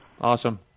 Awesome